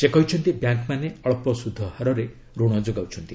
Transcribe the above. ସେ କହିଛନ୍ତି ବ୍ୟାଙ୍କ୍ମାନେ ଅଞ୍ଚ ସୁଧହାରରେ ରଣ ଯୋଗାଉଛନ୍ତି